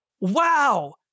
Wow